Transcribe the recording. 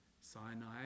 Sinai